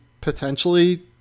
potentially